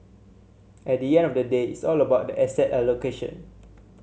at the end of the day it's all about asset allocation